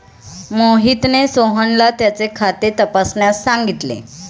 मोहितने सोहनला त्याचे खाते तपासण्यास सांगितले